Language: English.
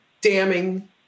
damning